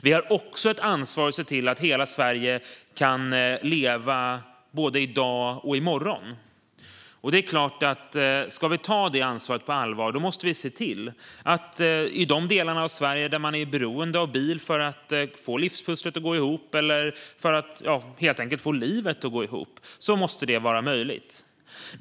Vi har också ett ansvar att se till att hela Sverige kan leva både i dag och i morgon. I de delar av Sverige där man är beroende av bil för att få livspusslet att gå ihop eller för att helt enkelt få livet att gå ihop måste vi se till att detta är möjligt om vi ska vi ta detta ansvar på allvar.